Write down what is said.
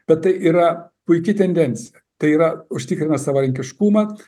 bet tai yra puiki tendencija tai yra užtikrina savarankiškumą